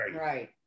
Right